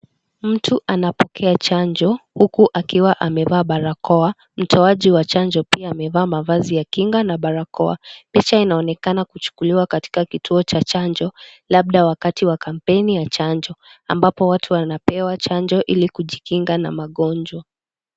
Mtu anapokea chanjo, huku akiwa amevaa barakoa. Mtoaji wa chanjo pia amevaa mavazi ya kinga na barakoa. Picha inaonekana kuchukuliwa katika kituo cha chanjo, labda wakati wa kampeni ya chanjo ambapo watu wanapewa chanjo ili kujikinga na magonjwa.